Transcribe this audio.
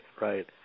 right